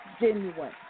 genuine